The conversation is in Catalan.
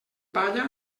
palla